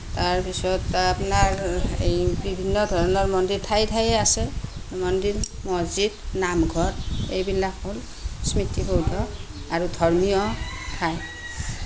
তাৰপিছতে আপোনাৰ এই বিভিন্ন ধৰণৰ মন্দিৰ ঠায়ে ঠায়ে আছে মন্দিৰ মছজিদ নামঘৰ এইবিলাক হ'ল স্মৃতিসৌধ আৰু ধৰ্মীয় ঠাই